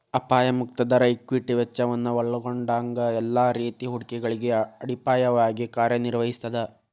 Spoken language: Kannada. ಅಪಾಯ ಮುಕ್ತ ದರ ಈಕ್ವಿಟಿ ವೆಚ್ಚವನ್ನ ಒಲ್ಗೊಂಡಂಗ ಎಲ್ಲಾ ರೇತಿ ಹೂಡಿಕೆಗಳಿಗೆ ಅಡಿಪಾಯವಾಗಿ ಕಾರ್ಯನಿರ್ವಹಿಸ್ತದ